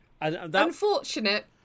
Unfortunate